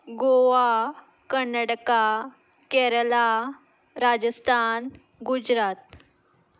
Goa Karnataka Kerala Rajasthan Gujarat